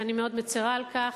ואני מאוד מצרה על כך.